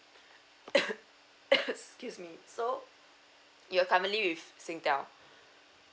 excuse me so your family with Singtel